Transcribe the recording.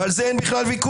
ועל זה אין בכלל ויכוח.